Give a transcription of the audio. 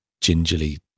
gingerly